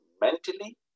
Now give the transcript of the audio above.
mentally